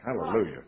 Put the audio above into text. Hallelujah